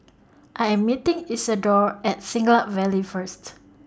I Am meeting Isidore At Siglap Valley First